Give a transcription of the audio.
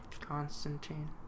Constantine